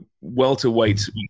welterweight